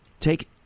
Take